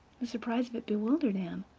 the surprise of it bewildered anne.